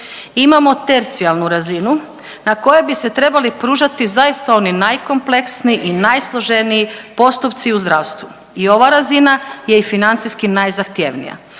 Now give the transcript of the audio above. Imamo tercijarnu razinu na kojoj bi se trebali pružati zaista oni najkompleksniji i najsloženiji postupci u zdravstvu i ova razina je i financijski najzahtjevnija.